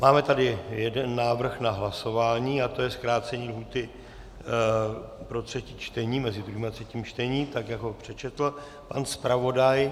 Máme tady jeden návrh na hlasování a to je zkrácení lhůty pro třetí čtení, mezi druhým a třetím čtením, tak jak ho přečetl pan zpravodaj.